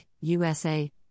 USA